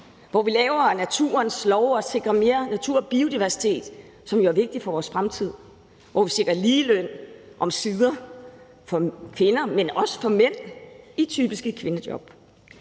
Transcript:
hvor vi laver naturens lov og sikrer mere natur og biodiversitet, som jo er vigtigt for vores fremtid; hvor vi omsider sikrer ligeløn for kvinder, men også for mænd i typiske kvindejob?